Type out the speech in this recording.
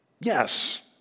yes